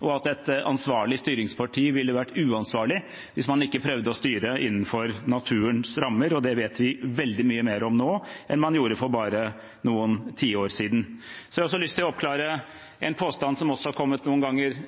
og at et ansvarlig styringsparti ville vært uansvarlig hvis man ikke prøvde å styre innenfor naturens rammer. Det vet vi veldig mye mer om nå enn man gjorde for bare noen tiår siden. Jeg har også lyst til å oppklare en annen påstand som har kommet noen ganger